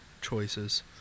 choices